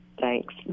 Thanks